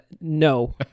no